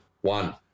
One